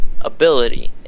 ability